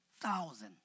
thousand